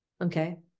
Okay